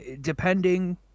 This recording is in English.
depending